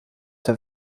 der